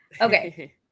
Okay